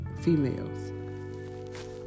females